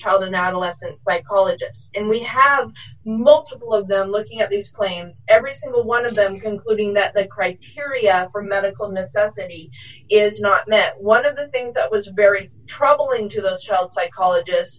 child and adolescent psychologist and we have multiple of them looking at these planes every single one of them concluding that the criteria for medical necessity is not met one of the things that was very troubling to the child psychologist